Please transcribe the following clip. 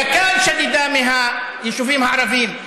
קק"ל שדדה מהיישובים הערביים,